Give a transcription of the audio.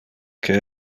que